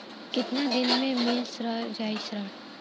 कितना दिन में मील जाई ऋण?